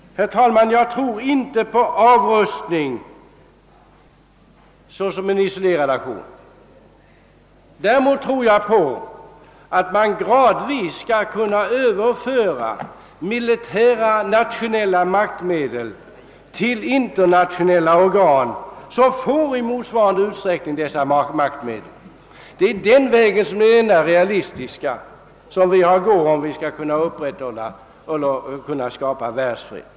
Herr talman! Jag tror inte på avrustningen såsom en isolerad aktion. Däremot tror jag på att man gradvis skall kunna överföra militära nationella maktmedel till en internationell Organisation, som i motsvarande utsträckning får dessa maktmedel. Denna väg är den enda realistiska, och den måste vi gå, om vi skall kunna skapa världsfred.